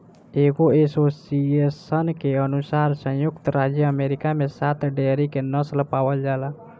एगो एसोसिएशन के अनुसार संयुक्त राज्य अमेरिका में सात डेयरी के नस्ल पावल जाला